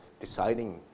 deciding